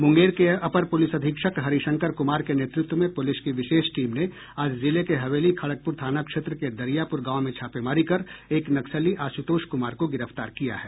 मुंगेर के अपर पुलिस अधीक्षक हरि शंकर कुमार के नेतृत्व में पुलिस की विशेष टीम ने आज जिले के हवेली खड़गपुर थाना क्षेत्र के दरियापुर गांव में छापेमारी कर एक नक्सली आशुतोष कुमार को गिरफ्तार किया है